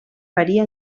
varia